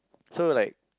so like